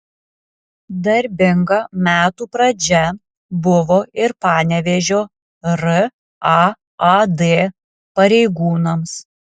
darbinga metų pradžia buvo ir panevėžio raad pareigūnams